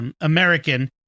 American